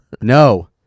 No